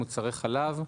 מוצרי חלב,